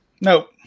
Nope